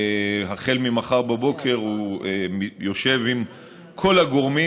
שהחל ממחר בבוקר הוא יושב עם כל הגורמים